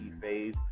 phase